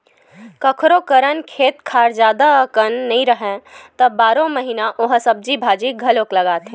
कखोरो करन खेत खार जादा अकन नइ राहय त बारो महिना ओ ह सब्जी भाजी घलोक लगाथे